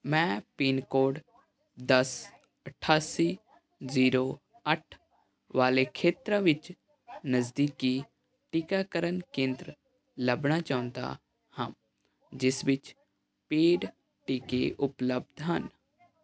ਮੈਂ pin code ਦਸ ਅਠਾਸੀ ਜ਼ੀਰੋ ਅੱਠ ਵਾਲੇ ਖੇਤਰ ਵਿੱਚ ਨਜ਼ਦੀਕੀ ਟੀਕਾਕਰਨ ਕੇਂਦਰ ਲੱਭਣਾ ਚਾਹੁੰਦਾ ਹਾਂ ਜਿਸ ਵਿੱਚ ਪੇਡ ਟੀਕੇ ਉਪਲਬਧ ਹਨ